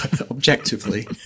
objectively